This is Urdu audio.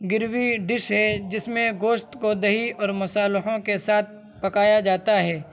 گریوی ڈش ہے جس میں گوشت کو دہی اور مصالحوں کے ساتھ پکایا جاتا ہے